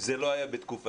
זה לא היה בתקופתי,